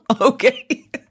okay